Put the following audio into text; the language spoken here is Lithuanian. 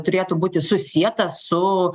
turėtų būti susietas su